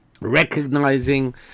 recognizing